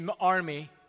army